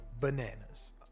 bananas